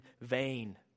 vain